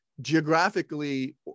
Geographically